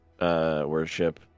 worship